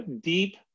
deep